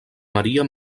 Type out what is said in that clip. maria